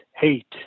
hate